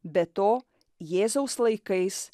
be to jėzaus laikais